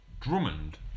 Drummond